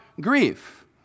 grief